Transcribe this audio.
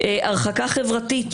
הרחקה חברתית,